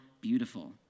beautiful